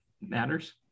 matters